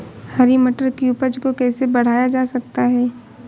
हरी मटर की उपज को कैसे बढ़ाया जा सकता है?